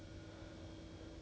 like